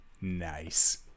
Nice